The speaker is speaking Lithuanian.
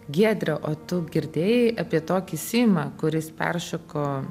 giedre o tu girdėjai apie tokį simą kuris peršoko